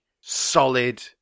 solid